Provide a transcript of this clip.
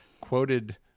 quoted